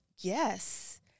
Yes